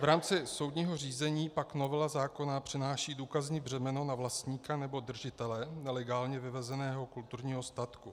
V rámci soudního řízení pak novela zákona přenáší důkazní břemeno na vlastníka nebo držitele nelegálně vyvezeného kulturního statku.